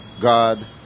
God